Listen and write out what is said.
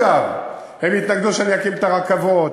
הם התנגדו שאני אקים את הרכבות,